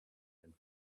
and